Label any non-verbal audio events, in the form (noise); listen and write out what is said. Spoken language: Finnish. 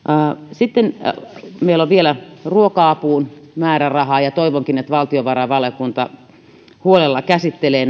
sitten meillä on vielä määräraha ruoka apuun toivonkin että valtiovarainvaliokunta huolella käsittelee (unintelligible)